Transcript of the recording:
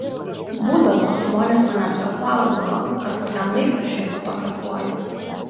būdavo žmonės manęs paklausdavo ar kokiam laikraščiui fotografuoju